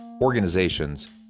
organizations